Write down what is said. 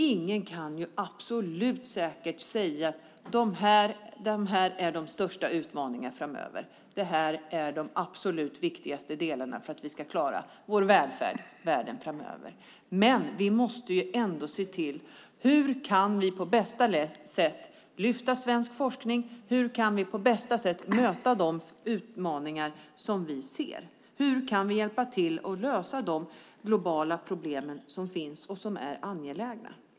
Ingen kan absolut säkert säga vilka som är de största utmaningarna framöver och vilka som är de viktigaste delarna för att vi ska klara vår välfärd framöver. Vi måste dock ändå se hur vi på bästa sätt kan lyfta upp svensk forskning och möta de utmaningar vi ser. Hur kan vi hjälpa till och lösa de globala problem som finns och som är angelägna?